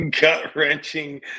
gut-wrenching